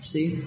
See